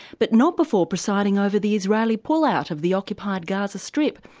but not before presiding over the israeli pull-out of the occupied gaza strip.